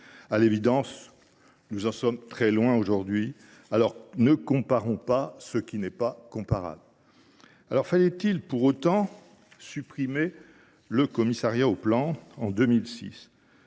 À l’évidence, nous en sommes très loin aujourd’hui. Ne comparons donc pas ce qui n’est pas comparable ! Fallait il pour autant supprimer le Commissariat général du plan en 2006,